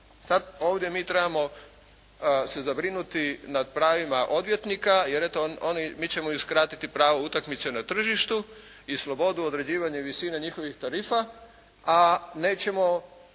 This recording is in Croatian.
Sad ovdje mi trebamo se zabrinuti nad pravima odvjetnika jer je to oni, mi ćemo im skratiti pravo utakmice na tržištu i slobodu određivanja visine njihovih tarifa, a nećemo